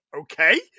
Okay